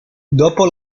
dopo